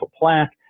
plaque